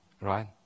right